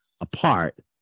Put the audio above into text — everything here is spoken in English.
apart